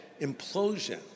implosion